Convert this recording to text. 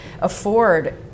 afford